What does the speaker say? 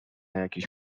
jakieś